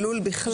של לול בכלל.